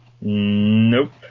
Nope